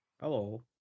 Hello